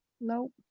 nope